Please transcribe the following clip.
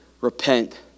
Repent